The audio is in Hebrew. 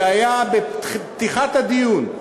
שהיה בפתיחת הדיון,